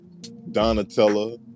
Donatella